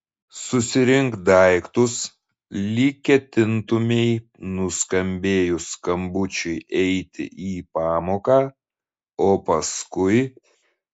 susirink daiktus lyg ketintumei nuskambėjus skambučiui eiti į pamoką o paskui